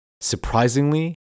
Surprisingly